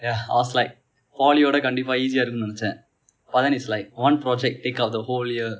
I was like poly விட கண்டிப்பா:vida kandippa easy இருக்கும்னு நினைத்தேன்:irukkumnu ninaithen but then is like one project take up the whole year